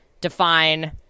define